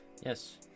yes